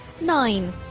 Nine